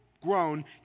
grown